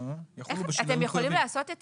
אתם יכולים לעשות את